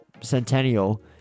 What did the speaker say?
centennial